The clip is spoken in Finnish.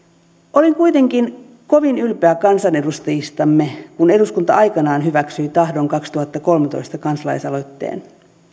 olin kuitenkin kovin ylpeä kansanedustajistamme kun eduskunta aikoinaan hyväksyi tahdon kaksituhattakolmetoista kansalaisaloitteen